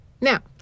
Now